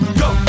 go